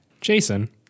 Jason